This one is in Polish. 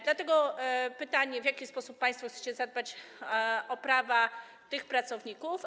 Dlatego pytanie, w jaki sposób państwo chcecie zadbać o prawa tych pracowników.